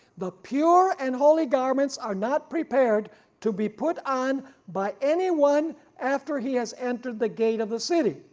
the pure and holy garments are not prepared to be put on by anyone after he has entered the gate of the city,